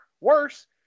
worse